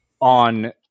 on